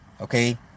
Okay